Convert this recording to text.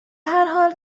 هرحال